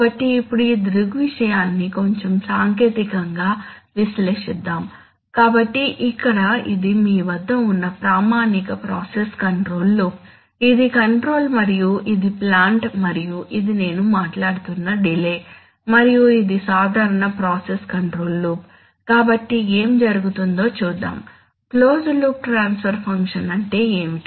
కాబట్టి ఇప్పుడు ఈ దృగ్విషయాన్ని కొంచెం సాంకేతికం గా విశ్లేషిద్దాం కాబట్టి ఇక్కడ ఇది మీ వద్ద ఉన్న ప్రామాణిక ప్రాసెస్ కంట్రోల్ లూప్ ఇది కంట్రోలర్ మరియు ఇది ప్లాంట్ మరియు ఇది నేను మాట్లాడుతున్న డిలే మరియు ఇది సాధారణ ప్రాసెస్ కంట్రోల్ లూప్ కాబట్టి ఏమి జరిగిందో చూద్దాం క్లోజ్డ్ లూప్ ట్రాన్స్ఫర్ ఫంక్షన్ అంటే ఏమిటి